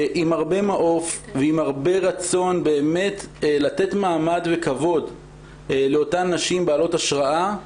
עם הרבה מעוף ועם הרבה רצון לתת מעמד וכבוד לאותן נשים בעלות השראה,